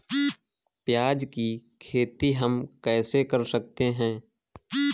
प्याज की खेती हम कैसे कर सकते हैं?